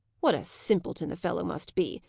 what a simpleton the fellow must be!